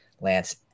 Lance